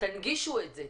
תנגישו את זה.